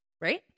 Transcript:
right